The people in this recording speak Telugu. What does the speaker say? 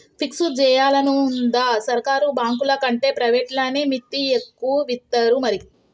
ఫిక్స్ జేయాలనుందా, సర్కారు బాంకులకంటే ప్రైవేట్లనే మిత్తి ఎక్కువిత్తరు మరి